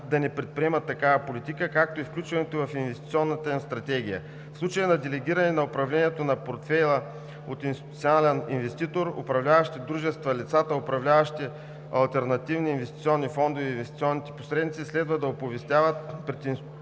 да не приемат такава политика, както и включването ѝ в инвестиционната им стратегия. В случай на делегиране на управлението на портфейла от институционален инвеститор, управляващите дружества, лицата, управляващи алтернативни инвестиционни фондове, и инвестиционните посредници следва да оповестяват пред институционалния